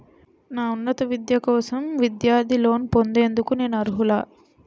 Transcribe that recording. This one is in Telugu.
నా ఉన్నత విద్య కోసం విద్యార్థి లోన్ పొందేందుకు నేను అర్హులా?